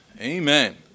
amen